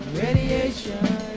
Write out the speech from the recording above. radiation